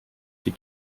die